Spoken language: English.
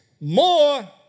More